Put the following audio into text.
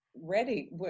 ready